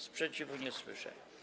Sprzeciwu nie słyszę.